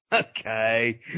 Okay